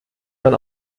man